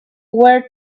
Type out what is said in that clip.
were